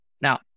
Now